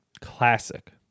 Classic